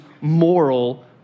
moral